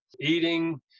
eating